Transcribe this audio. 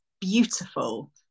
beautiful